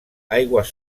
aigües